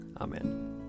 Amen